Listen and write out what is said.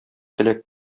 теләк